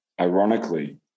Ironically